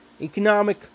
economic